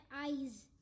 eyes